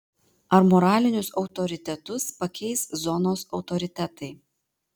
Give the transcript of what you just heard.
ar moralinius autoritetus pakeis zonos autoritetai